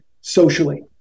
socially